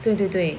对对对